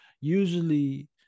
usually